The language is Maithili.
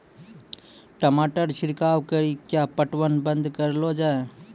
टमाटर छिड़काव कड़ी क्या पटवन बंद करऽ लो जाए?